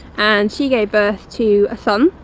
and she gave birth to a son,